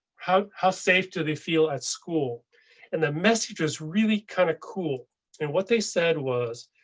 how? how safe do they feel at school and the message is really kind of cool and what they said was.